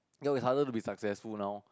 go with harder to be successful now